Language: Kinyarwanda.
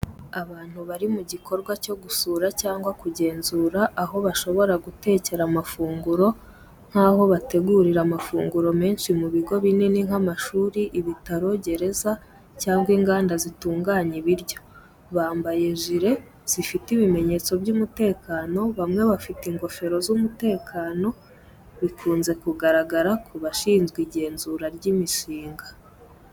Abantu bari mu gikorwa cyo gusura cyangwa kugenzura aho bashobora gutekera amafunguro, nk’aho bategurira amafunguro menshi mu bigo binini nk’amashuri, ibitaro, gereza, cyangwa inganda zitunganya ibiryo. Bambaye gire zifite ibimenyetso by’umutekano bamwe bafite ingofero z’umutekano bikunze kugaragara ku bashinzwe igenzura ry'imishinga.